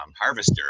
harvester